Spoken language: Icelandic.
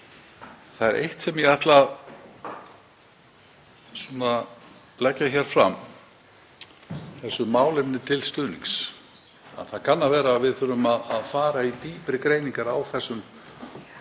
Það er eitt sem ég ætla að leggja hér fram þessu málefni til stuðnings; það kann að vera að við þurfum að fara í dýpri greiningar á þessum vanda.